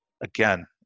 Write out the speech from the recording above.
Again